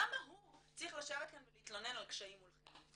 למה הוא צריך לשבת כאן ולהתלונן על קשיים מולכם.